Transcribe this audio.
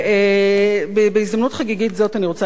בהזדמנות חגיגית זאת אני רוצה להתייחס